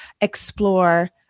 explore